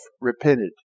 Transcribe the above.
repented